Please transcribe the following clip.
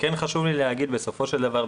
כן חשוב לי בסופו של דבר,